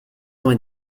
vingt